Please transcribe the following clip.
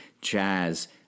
jazz